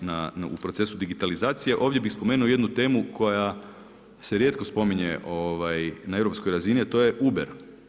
U proces digitalizacije, ovdje bi spomenuo jednu temu, koja se rijetko spominje na europskoj razini, a to je Uber.